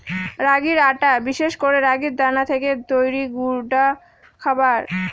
রাগির আটা বিশেষ করে রাগির দানা থেকে তৈরি গুঁডা খাবার